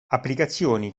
applicazioni